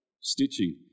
stitching